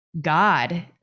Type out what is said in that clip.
God